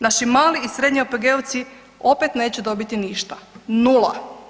Naši mali i srednji OPG-ovci opet neće dobiti ništa, nula.